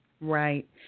Right